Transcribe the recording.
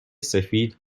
سفید